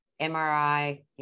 MRI